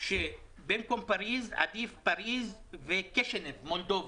שבמקום פריז עדיף פריז וקישינב, מולדובה,